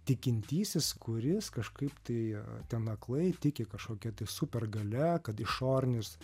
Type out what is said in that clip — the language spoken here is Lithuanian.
tikintysis kuris kažkaip tie ten aklai tiki kažkokia supergalia kad išorinis